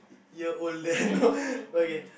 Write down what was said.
you're older no okay